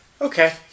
Okay